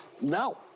No